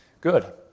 Good